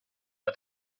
att